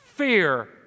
fear